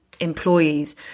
employees